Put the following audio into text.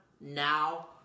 now